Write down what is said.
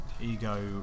Ego